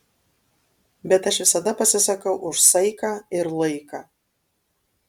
bet aš visada pasisakau už saiką ir laiką